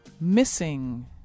missing